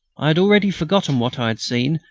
i had already forgotten what i had seen,